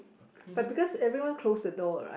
but because everyone close the door right